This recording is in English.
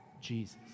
Jesus